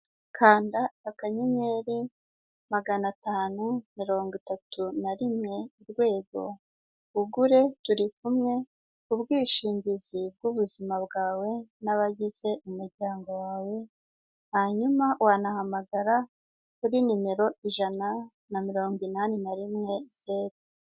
Kanda akanyenyeri magana atanu mirongo itatu na rimwe, urwego, ugure turikumwe ubwishingizi bw'ubuzima bwawe n'abagize umuryango wawe, hanyuma wanahamagara kuri nimero, ijana na mirongo inani na rimwe, zeru.